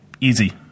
Easy